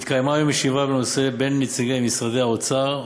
התקיימה היום ישיבה בנושא בין נציגי משרד האוצר,